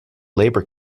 labor